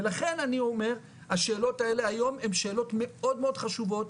ולכן אני אומר השאלות האלה היום הם שאלות מאוד חשובות,